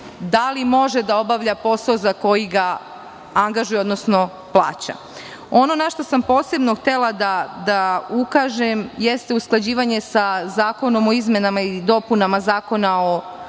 da li može da obavlja posao za koji ga angažuje, odnosno plaća. Ono na šta sam posebno htela da ukažem jeste usklađivanje sa Zakonom o izmenama i dopunama Zakona o